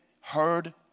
heard